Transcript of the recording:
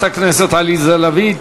לחברת הכנסת עליזה לביא.